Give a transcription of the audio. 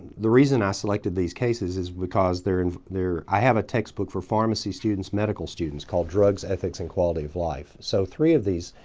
the reason i selected these cases is because there's i have a textbook for pharmacy students, medical students called drugs, ethics and quality of life. so three of these,